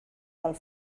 del